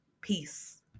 Peace